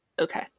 Okay